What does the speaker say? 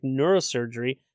neurosurgery